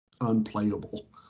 unplayable